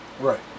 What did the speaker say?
Right